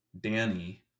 Danny